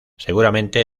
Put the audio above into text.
seguramente